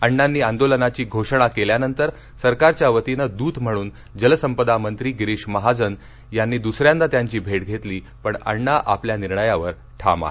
अण्णांनी आंदोलनाची घोषणा केल्यानंतर सरकारच्या वतीनं दूत म्हणून जलसंपदा मंत्री गिरीश महाजन यांनी दुसऱ्यांदा त्यांची भेट घेतली पण अण्णा आपल्या निर्णयावर ठाम आहेत